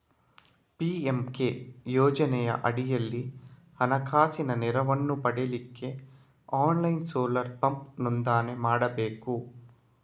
PMK ಯೋಜನೆಯ ಅಡಿಯಲ್ಲಿ ಹಣಕಾಸಿನ ನೆರವನ್ನ ಪಡೀಲಿಕ್ಕೆ ಆನ್ಲೈನ್ ಸೋಲಾರ್ ಪಂಪ್ ನೋಂದಣಿ ಮಾಡ್ಬೇಕು